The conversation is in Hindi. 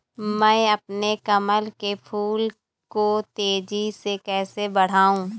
मैं अपने कमल के फूल को तेजी से कैसे बढाऊं?